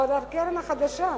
ועוד על הקרן החדשה.